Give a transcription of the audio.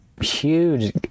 huge